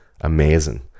amazing